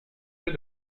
peu